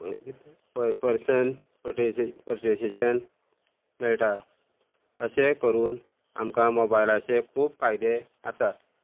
Persian परसेटेशन मेळटा अशें करून आमकां मोबायलाचे खूब फायदे आसात